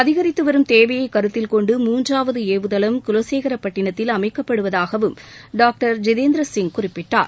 அதிகரித்து வரும் தேவையை கருத்தில் கொண்டு மூன்றாவது ஏவுதளம் குலசேகரப்பட்டினத்தில் அமைக்கப்படுவதாகவும் டாக்டர் ஜிதேந்திர சிங் குறிப்பிட்டார்